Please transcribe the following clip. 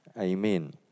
Amen